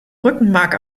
rückenmark